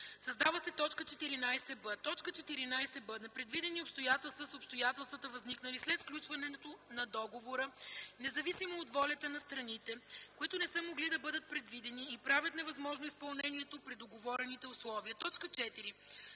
Създава се т. 14б: „14б. „Непредвидени обстоятелства” са обстоятелствата, възникнали след сключването на договора, независимо от волята на страните, които не са могли да бъдат предвидени и правят невъзможно изпълнението при договорените условия.” 4.